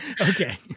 Okay